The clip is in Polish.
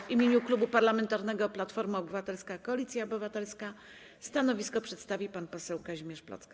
W imieniu Klubu Parlamentarnego Platforma Obywatelska - Koalicja Obywatelska stanowisko przedstawi pan poseł Kazimierz Plocke.